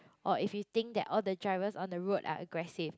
or if you think that all the drivers on the road are aggressive